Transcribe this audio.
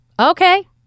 okay